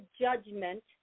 judgment